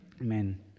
Amen